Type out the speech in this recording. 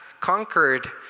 conquered